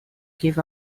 give